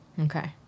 Okay